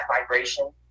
vibration